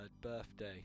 birthday